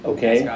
Okay